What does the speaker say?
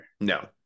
No